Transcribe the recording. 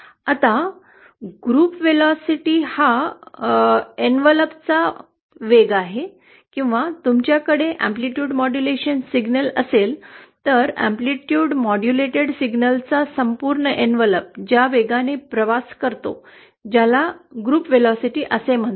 आता समूह वेग हा एनवलप चा वेग किंवा तुमच्याकडे अँप्लिटयूड मॉड्युलेटेड सिग्नल असेल तर अँप्लिटयूड मॉड्युलेटेड सिग्नलचा संपूर्ण एनवलप ज्या वेगाने प्रवास करतो ज्याला समूह वेग असे म्हणतात